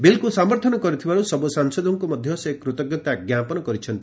ବିଲ୍କୁ ସମର୍ଥନ କରିଥିବା ସବୁ ସାଂସଦଙ୍କୁ ମଧ୍ୟ ସେ କୂତଜ୍ଞତା ଜ୍ଞାପନ କରିଛନ୍ତି